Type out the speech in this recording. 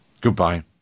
goodbye